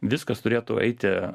viskas turėtų eiti